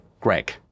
greg